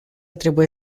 trebuie